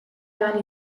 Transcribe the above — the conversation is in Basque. joan